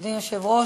אדוני היושב-ראש,